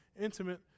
intimate